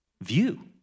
view